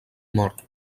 mort